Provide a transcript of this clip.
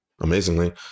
amazingly